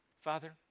Father